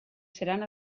seran